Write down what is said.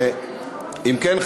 אם כן,